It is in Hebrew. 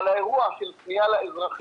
אבל האירוע של פניה לאזרחים,